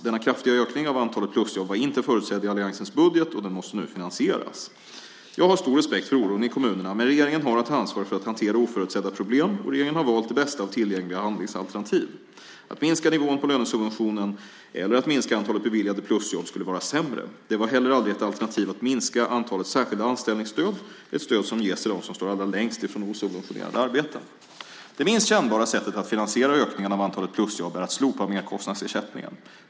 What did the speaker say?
Denna kraftiga ökning av antalet plusjobb var inte förutsedd i alliansens budget och den måste nu finansieras. Jag har stor respekt för oron i kommunerna, men regeringen har att ta ansvar för att hantera oförutsedda problem och regeringen har valt det bästa av tillgängliga handlingsalternativ. Att minska nivån på lönesubventionen eller att minska antalet beviljade plusjobb skulle vara sämre. Det var heller aldrig ett alternativ att minska antalet särskilda anställningsstöd, ett stöd som ges till dem som står allra längst från osubventionerade arbeten. Det minst kännbara sättet att finansiera ökningen av antalet plusjobb är att slopa merkostnadsersättningen.